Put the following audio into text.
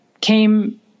came